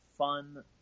Fun